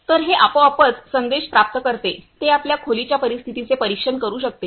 तर हे आपोआपच संदेश प्राप्त करते ते आपल्या खोलीच्या परिस्थितीचे परीक्षण करू शकते